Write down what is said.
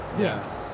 Yes